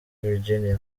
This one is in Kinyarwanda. virginia